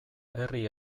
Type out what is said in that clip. herri